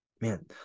Man